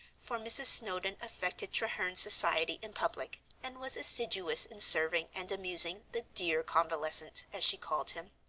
for mrs. snowdon affected treherne's society in public, and was assiduous in serving and amusing the dear convalescent, as she called him.